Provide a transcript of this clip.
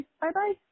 Bye-bye